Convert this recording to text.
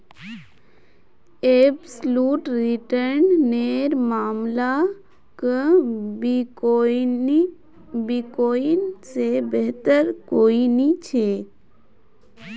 absolute return नेर मामला क बिटकॉइन से बेहतर कोई नी छे